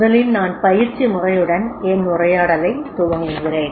முதலில் நான் பயிற்சி முறையுடன் என் உரையாடலைத் துவங்குகிறேன்